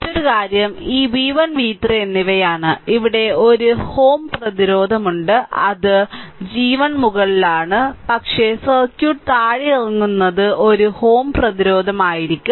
മറ്റൊരു കാര്യം ഈ v1 v3 എന്നിവയാണ് ഇവിടെ ഒരു Ω പ്രതിരോധം ഉണ്ട് അത് g 1 മുകളിലാണ് പക്ഷേ സർക്യൂട്ട് താഴേക്കിറങ്ങുന്നത് ഒരു Ω പ്രതിരോധം ആയിരിക്കും